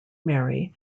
mary